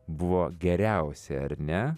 buvo geriausi ar ne